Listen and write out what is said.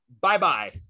bye-bye